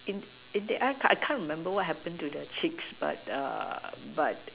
in in the end I can't remember what happened to the chicks but the but